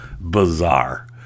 bizarre